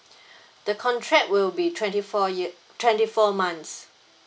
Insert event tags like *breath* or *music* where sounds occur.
*breath* the contract will be twenty four yea~ twenty four months